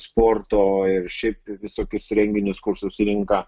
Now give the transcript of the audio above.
sporto ir šiaip visokius renginius kur susirenka